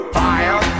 fire